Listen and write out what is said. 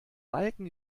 balken